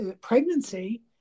pregnancy